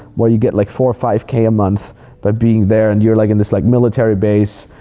where you get like four or five k a month by being there and you're like in this like military base.